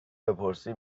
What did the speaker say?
بپرسی